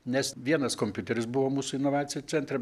nes vienas kompiuteris buvo mūsų inovacijų centre